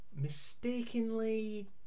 mistakenly